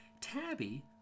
Tabby